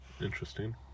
interesting